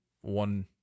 one